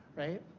right?